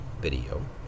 video